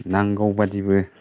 नांगौबादिबो